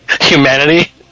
humanity